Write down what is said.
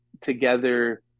together